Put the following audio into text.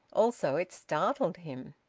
also it startled him.